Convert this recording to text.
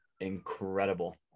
Incredible